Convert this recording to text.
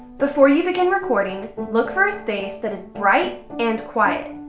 before you begin recording, look for a space that is bright and quiet.